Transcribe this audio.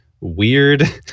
weird